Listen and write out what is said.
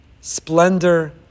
splendor